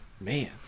man